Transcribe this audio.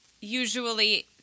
Usually